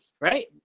Right